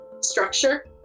structure